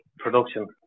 production